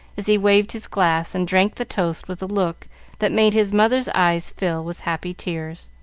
as he waved his glass and drank the toast with a look that made his mother's eyes fill with happy tears.